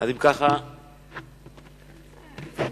אנחנו